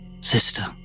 sister